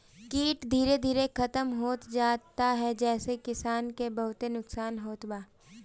कीट धीरे धीरे खतम होत जात ह जेसे किसान के बहुते नुकसान होत बा